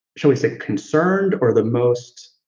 shall we say concerned or the most.